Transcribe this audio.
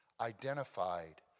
identified